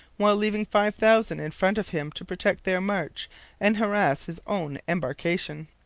while leaving five thousand in front of him to protect their march and harass his own embarkation.